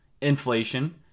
inflation